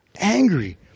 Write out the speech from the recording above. Angry